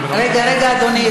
רגע, אדוני.